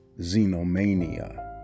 xenomania